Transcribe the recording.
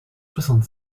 soixante